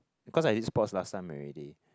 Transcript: because I did sports last time already